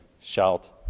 shalt